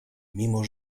mimo